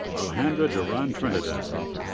alejandra duran trinidad.